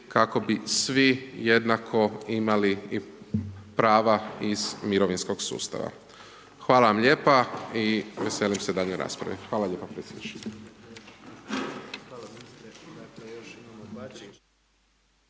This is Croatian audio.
kako bi svi jednako imali i prava iz mirovinskog sustava. Hvala vam lijepa i veselim se daljnjoj raspravi. Hvala lijepa predsjedniče.